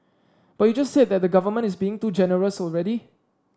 but you just said that the government is being too generous already